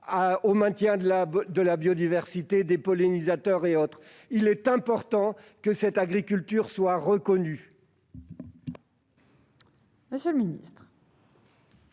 au maintien de la biodiversité et des pollinisateurs. Il est important que cette agriculture soit reconnue